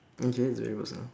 okay it's very personal